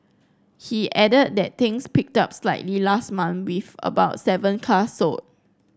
he added that things picked up slightly last month with about seven cars sold